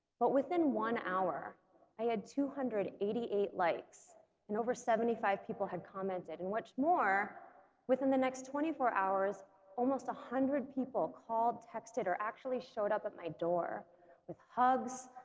but within one hour i had two hundred and eighty eight likes and over seventy five people had commented and what's more within the next twenty four hours almost a hundred people called texted or actually showed up at my door with hugs,